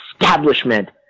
establishment